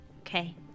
okay